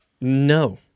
No